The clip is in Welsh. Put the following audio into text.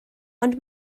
ond